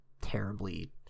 terribly